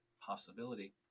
possibility